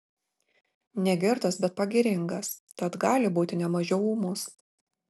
negirtas bet pagiringas tad gali būti ne mažiau ūmus